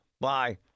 Bye